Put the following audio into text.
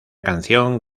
canción